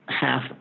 half